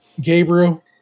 Gabriel